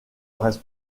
reste